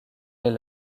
les